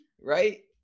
right